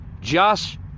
Josh